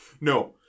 No